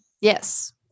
Yes